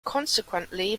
consequently